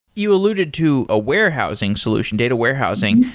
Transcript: you alluded to a warehousing solution, data warehousing.